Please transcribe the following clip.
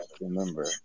Remember